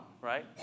right